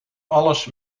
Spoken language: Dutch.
alles